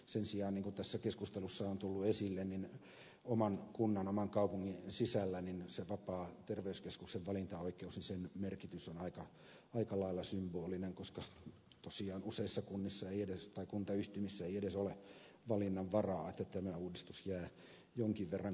sen sijaan niin kuin tässä keskustelussa on tullut esille oman kunnan oman kaupungin sisällä sen vapaan terveyskeskuksen valintaoikeuden merkitys on aika lailla symbolinen koska tosiaan useissa kunnissa tai kuntayhtymissä ei edes ole valinnanvaraa joten tämä uudistus jää jonkin verran kosmeettiseksi